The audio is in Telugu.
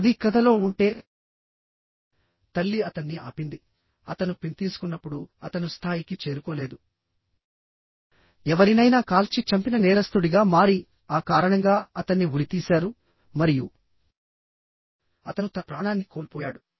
అది కథలో ఉంటే తల్లి అతన్ని ఆపింది అతను పిన్ తీసుకున్నప్పుడు అతను స్థాయికి చేరుకోలేదు ఎవరినైనా కాల్చి చంపిన నేరస్థుడిగా మారిఆ కారణంగా అతన్ని ఉరితీశారు మరియు అతను తన ప్రాణాన్ని కోల్పోయాడు